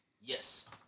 Yes